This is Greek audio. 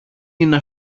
είναι